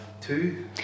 two